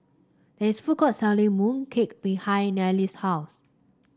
there is food court selling mooncake behind Nayely's house